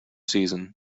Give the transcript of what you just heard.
season